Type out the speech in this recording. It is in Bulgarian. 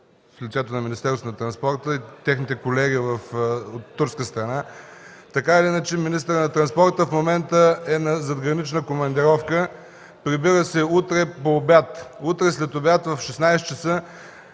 в лицето на Министерството на транспорта и техните колеги от турска страна. Така или иначе министърът на транспорта в момента е в задгранична командировка. Прибира се утре по обяд. Утре след обяд в 16,00 ч.